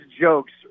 jokes